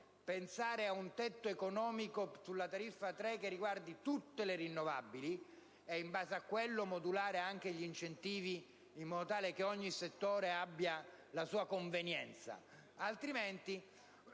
pensare ad un tetto economico sulla tariffa A3 che riguardi tutte le energie rinnovabili e, in base a quello, modulare gli incentivi in modo che ogni settore abbia la sua convenienza.